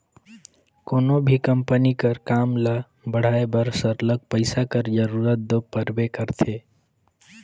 कोनो भी कंपनी कर काम ल बढ़ाए बर सरलग पइसा कर जरूरत दो परबे करथे